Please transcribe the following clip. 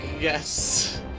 Yes